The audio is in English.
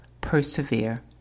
persevere